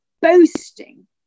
boasting